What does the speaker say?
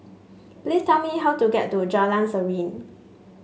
please tell me how to get to Jalan Serene